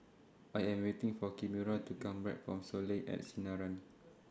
I Am waiting For Kimora to Come Back from Soleil At Sinaran